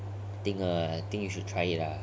I think uh I think you should try it ah